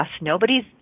nobody's